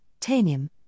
Tanium